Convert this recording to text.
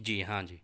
جی ہاں جی